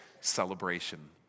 celebration